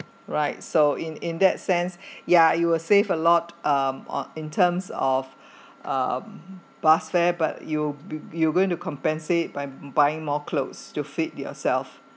right so in in that sense ya you will save a lot um on in terms of uh bus fare but you you going to compensate by buying more clothes to fit yourself